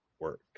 work